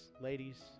ladies